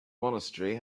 monastery